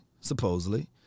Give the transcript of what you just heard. supposedly